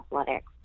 athletics